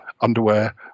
underwear